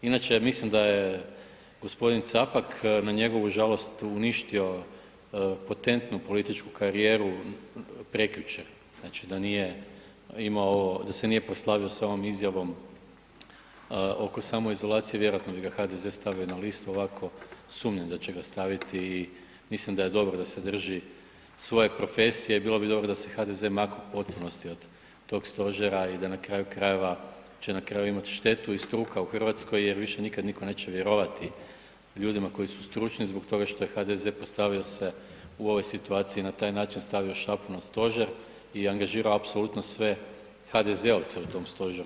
Inače, mislim da je gospodin Capak na njegovu žalost uništio potentnu političku karijeru prekjučer, znači da nije imao, da se nije proslavio sa ovom izjavom oko samoizolacije vjerojatno bi ga HDZ stavio na listu, ovako sumnjam da će ga staviti i mislim da je dobro da se drži svoje profesije i bilo bi dobro da se HDZ mako u potpunosti od tog stožera i da na kraju krajeva će na kraju imat štetu i struka u Hrvatskoj jer više nikad niko neće vjerovati ljudima koji su stručni zbog što je HDZ postavio se u ovoj situaciji na taj način, stavio šapu na stožer i angažirao apsolutno sve HDZ-ovce u tom stožeru.